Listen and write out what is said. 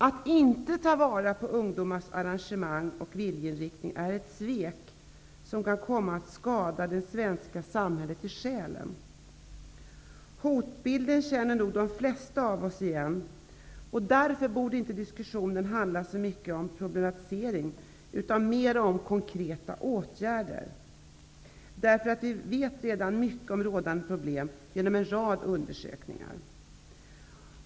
Att inte ta vara på ungdomars engagemang och viljeinriktning är ett svek som kan komma att skada det svenska samhället i själen. Hotbilden känner nog de flesta av oss igen. Därför borde inte diskussionen handla så mycket om problematisering, utan mer om konkreta åtgärder. Vi vet redan mycket om rådande problem genom en rad undersökningar.